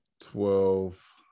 Twelve